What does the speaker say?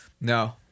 No